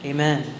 Amen